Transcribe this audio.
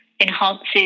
enhances